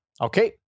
Okay